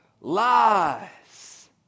lies